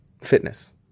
fitness